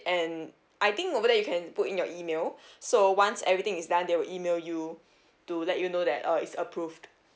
and I think over there you can put in your email so once everything is done they will email you to let you know that uh it's approved